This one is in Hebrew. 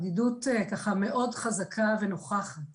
הבדידות ככה מאוד חזקה ונוכחת